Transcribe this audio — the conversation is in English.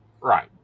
Right